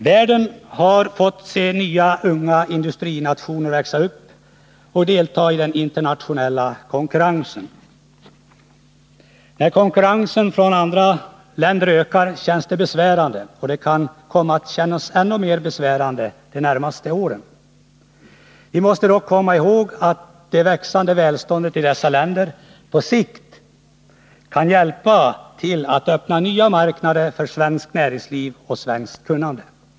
Världen har fått se nya, unga industrinationer växa upp och delta i den internationella konkurrensen. När konkurrensen från andra länder ökar känns det besvärande, och det kan komma att kännas ännu mera besvärande de närmaste åren. Vi måste dock komma ihåg att det växande välståndet i dessa länder på längre sikt kan hjälpa till att öppna nya marknader för svenskt näringsliv och svenskt kunnande.